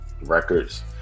records